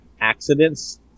accidents